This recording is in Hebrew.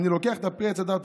אני לוקח את פרי עץ הדר,